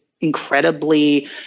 incredibly